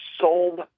sold